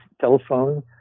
Telephone